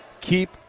keep